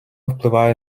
впливає